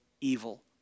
evil